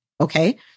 Okay